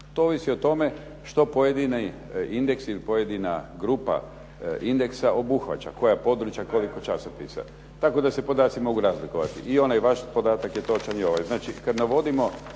To ovisi o tome što pojedini indeksi ili pojedina grupa indeksa obuhvaća, koja područja koliko časopisa. Tako da se podaci mogu razlikovati. I onaj vaš podatak je točan i ovaj. Znači kada navodimo